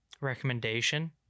recommendation